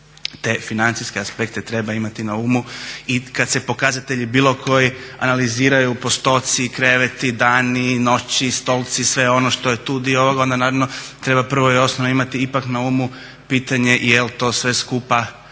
te financijske aspekte treba imati na umu. I kad se pokazatelji bilo koji analiziraju, postotci, kreveti, dani, noći, stolci, sve ono što je tu dio ovoga onda naravno treba prvo i osnovno imati ipak na umu pitanje jel' to sve skupa pacijentima